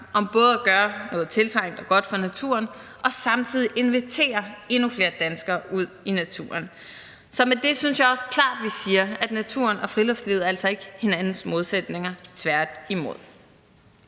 om at gøre noget tiltrængt og godt for naturen og samtidig invitere endnu flere danskere ud i naturen. Så med det synes jeg også klart, vi siger, at naturen og friluftslivet altså ikke er hinandens modsætninger, tværtimod.